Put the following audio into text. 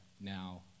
now